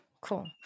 cool